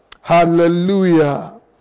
Hallelujah